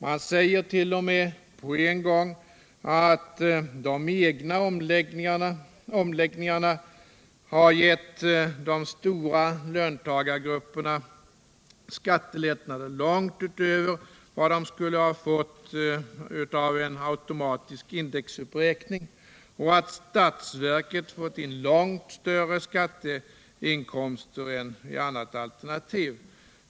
Det sägs t.o.m. att de egna omläggningarna har gett de stora löntagargrupperna skattelättnader långt utöver vad de skulle ha fått till följd av en automatisk indexuträkning och att statsverket fått långt större skatteinkomster än vad andra alternativ skulle ha inneburit.